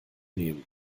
nehmen